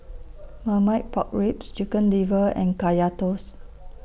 Marmite Pork Ribs Chicken Liver and Kaya Toast